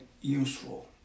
useful